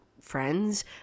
friends